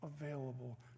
available